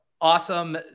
awesome